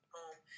home